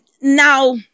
now